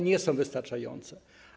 nie są wystarczające.